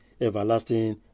everlasting